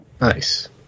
Nice